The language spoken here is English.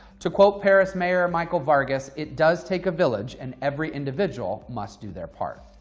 to quote perris mayor michael vargas, it does take a village and every individual must do their part.